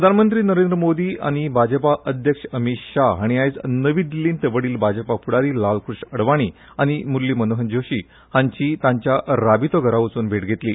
प्रधानमंत्री नरेंद्र मोदी आनी भाजपा अध्यक्ष अमीत शाह हांणी आयज नवी दिल्लींत वडील भाजपा फूडारी लालकृष्ण अडवाणी आनी मुरली मनोहर जोशी हांची तांच्या राबितो घरा वचून भेट घेतली